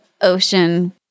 ocean